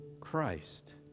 christ